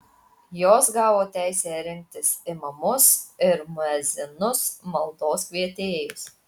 jos gavo teisę rinktis imamus ir muedzinus maldos kvietėjus